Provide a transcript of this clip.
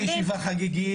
אם זאת ישיבה חגיגית בלבד,